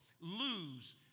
lose